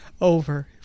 over